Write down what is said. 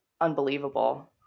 unbelievable